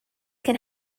can